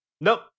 nope